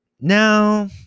Now